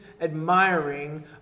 admiring